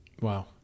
Wow